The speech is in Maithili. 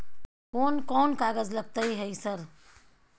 कोन कौन कागज लगतै है सर?